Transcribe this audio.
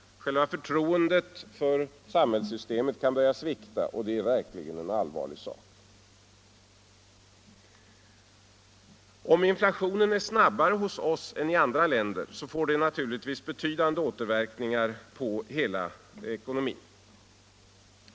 Själva förtroendet för samhällssystemet kan börja svikta, och det är verkligen en allvarlig sak. Om inflationen är snabbare hos oss än i andra länder, får det naturligtvis betydande återverkningar på hela ekonomin.